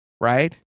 Right